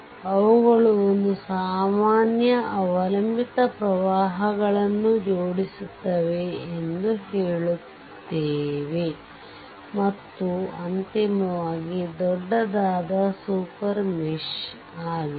ಅವುಗಳು ಒಂದು ಸಾಮಾನ್ಯ ಅವಲಂಬಿತ ಪ್ರವಾಹಗಳನ್ನು ಜೋಡಿಸುತ್ತದೆ ಎಂದು ಹೇಳುತ್ತವೆ ಮತ್ತು ಅಂತಿಮವಾಗಿ ದೊಡ್ಡದಾದ ಸೂಪರ್ ಮೆಶ್ ಆಗಿದೆ